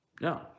No